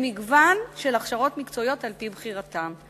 למגוון של הכשרות מקצועיות על-פי בחירתם.